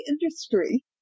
industry